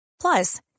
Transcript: Plus